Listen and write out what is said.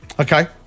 Okay